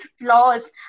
flaws